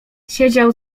siedział